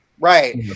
Right